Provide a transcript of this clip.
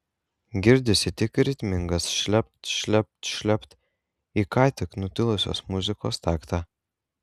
girdisi tik ritmingas šlept šlept šlept į ką tik nutilusios muzikos taktą